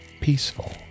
peaceful